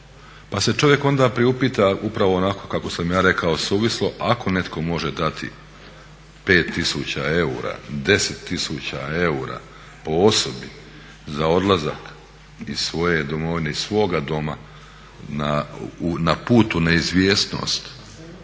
Pa se čovjek onda priupita upravo onako kako sam ja rekao suvislo, ako netko može dati 5000 eura, 10 000 eura po osobi za odlazak iz svoje domovine, iz svoga doma na put u neizvjesnost